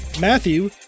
Matthew